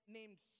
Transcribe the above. named